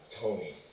Tony